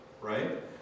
right